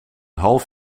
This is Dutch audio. half